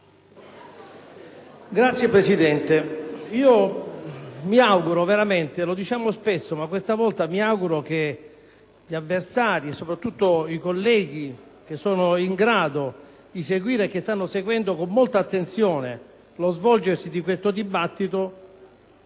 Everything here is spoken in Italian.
*(PD)*. Signor Presidente, lo diciamo spesso, ma questa volta mi auguro veramente che gli avversari, soprattutto i colleghi che sono in grado di seguire e che stanno seguendo con molta attenzione lo svolgersi di questo dibattito,